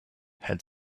had